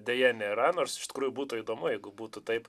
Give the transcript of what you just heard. deja nėra nors iš tikrųjų būtų įdomu jeigu būtų taip